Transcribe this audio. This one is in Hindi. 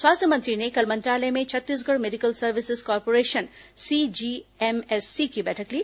स्वास्थ्य मंत्री ने कल मंत्रालय में Chhattisgarh medical services corporation CGMSC की बैठक ली